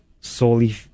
solely